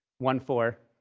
one four?